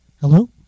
Hello